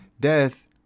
death